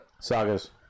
Sagas